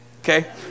Okay